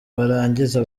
barangiza